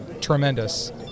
tremendous